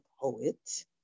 poet